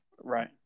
Right